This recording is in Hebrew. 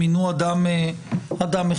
מינו אדם אחד.